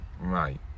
Right